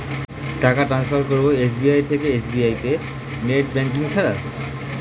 টাকা টান্সফার করব এস.বি.আই থেকে এস.বি.আই তে নেট ব্যাঙ্কিং ছাড়া?